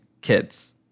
kids